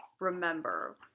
remember